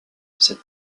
cette